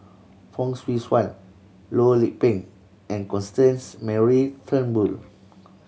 Fong Swee Suan Loh Lik Peng and Constance Mary Turnbull